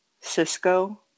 Cisco